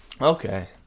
Okay